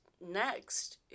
next